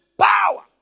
power